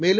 மேலும்